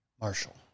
Marshall